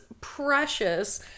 precious